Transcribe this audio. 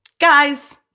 Guys